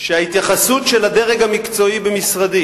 שההתייחסות של הדרג המקצועי במשרדי,